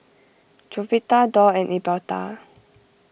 Jovita Dorr and Elberta